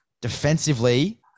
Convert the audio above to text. defensively